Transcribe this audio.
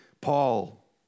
Paul